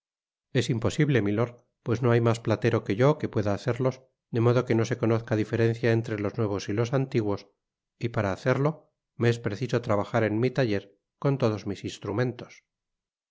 es imposible milord pues no hay mas platero que yo que pueda hacerlos de modo que no se conozca diferencia entre los nuevos y los antiguos y para hacerlo me es preciso trabajar en mi taller con todos mis instrumentos